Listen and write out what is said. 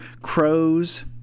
crows